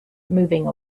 moving